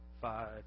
five